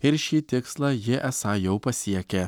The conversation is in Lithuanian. ir šį tikslą ji esą jau pasiekė